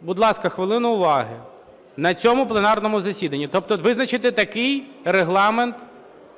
Будь ласка, хвилину уваги. На цьому пленарному засіданні визначити такий регламент